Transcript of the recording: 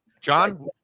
John